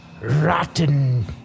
rotten